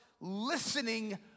listening